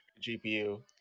GPU